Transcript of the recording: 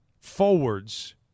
forwards